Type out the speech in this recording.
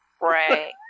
Right